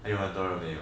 还有很多人没有